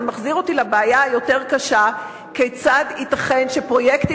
זה מחזיר אותי לבעיה היותר-קשה: כיצד ייתכן שפרויקטים